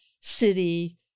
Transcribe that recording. city